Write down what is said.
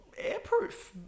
airproof